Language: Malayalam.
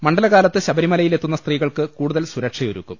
മണ്ഡലകാലത്ത് ശബരിമലയിലെത്തുന്നസ്ത്രീകൾക്ക് കൂടു തൽ സുരക്ഷയൊരുക്കും